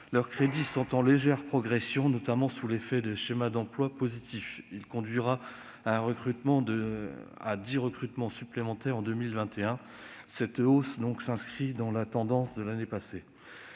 Leurs crédits sont en légère progression, notamment sous l'effet de schémas d'emploi positifs. Cette augmentation conduira à 10 recrutements supplémentaires en 2021, hausse qui s'inscrit dans la tendance de l'année passée.